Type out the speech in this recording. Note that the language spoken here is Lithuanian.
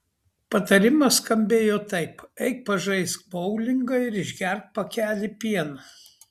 patarimas skambėjo taip eik pažaisk boulingą ir išgerk pakelį pieno